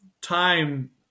time